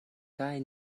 kaj